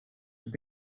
have